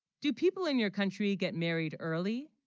do people in your country get married early